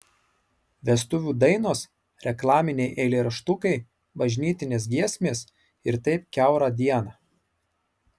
vestuvių dainos reklaminiai eilėraštukai bažnytinės giesmės ir taip kiaurą dieną